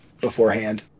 beforehand